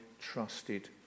trusted